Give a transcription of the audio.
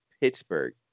Pittsburgh